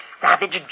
savage